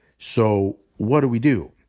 so what do we do?